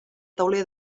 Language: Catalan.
tauler